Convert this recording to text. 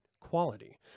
Quality